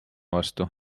vastu